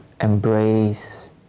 embrace